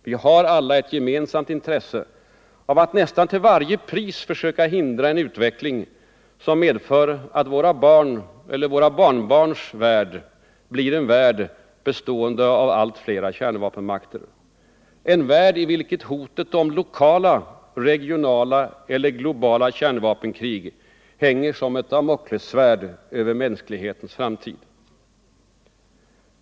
na Vi har alla ett gemensamt intresse av att nästan till varje pris försöka hindra en utveckling som medför att våra barns eller våra barnbarns värld blir en värld bestående av allt fler kärnvapenmakter — en värld i vilken hotet om lokala, regionala eller globala kärnvapenkrig hänger som ett damoklessvärd över mänsklighetens framtid.